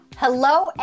Hello